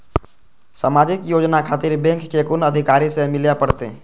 समाजिक योजना खातिर बैंक के कुन अधिकारी स मिले परतें?